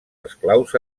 esclaus